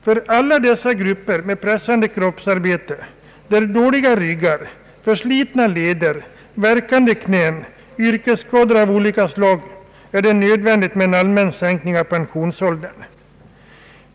För alla dessa grupper med pressande kroppsarbete som ger dåliga ryggar, förslitna leder, värkande knän och yrkesskador av olika slag är det nödvändigt med en allmän sänkning av pensionsåldern.